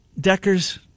Decker's